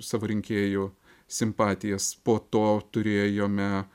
savo rinkėjų simpatijas po to turėjome